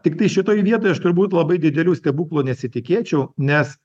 tiktai šitoj vietoj aš turbūt labai didelių stebuklų nesitikėčiau nes